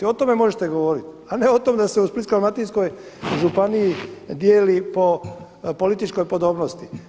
O tome možete govoriti, a ne o tome da se u Splitsko-dalmatinskoj županiji dijeli po političkoj podobnosti.